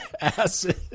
acid